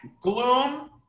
gloom